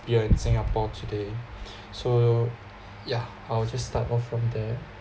you are in singapore today so yeah I'll just start off from there